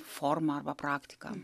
forma arba praktika